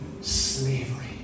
slavery